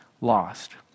lost